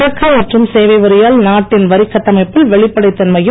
சரக்கு மற்றும் சேவை வரியால் நாட்டின் வரி கட்டமைப்பில் வெளிப்படை தன்மையும்